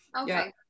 Okay